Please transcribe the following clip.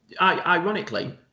ironically